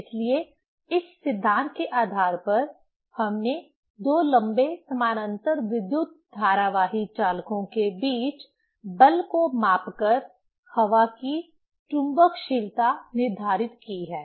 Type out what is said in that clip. इसलिए इस सिद्धांत के आधार पर हमने दो लंबे समानांतर विद्युत धारावाही चालकों के बीच बल को माप कर हवा की चुंबकशीलता निर्धारित की है